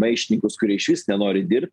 maištininkus kurie išvis nenori dirbt